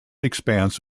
expanse